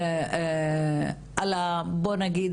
ה-בוא נגיד,